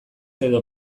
edo